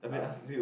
nah